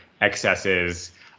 excesses